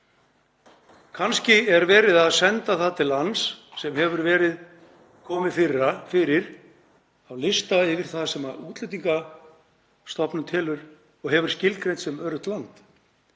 Kannski er verið að senda þau til lands sem hefur verið komið fyrir á lista yfir það sem Útlendingastofnun telur og hefur skilgreint sem öruggt land